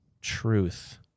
truth